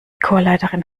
chorleiterin